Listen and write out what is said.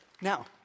Now